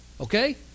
Okay